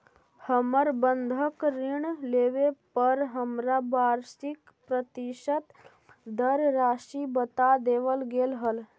हमर बंधक ऋण लेवे पर हमरा वार्षिक प्रतिशत दर राशी बता देवल गेल हल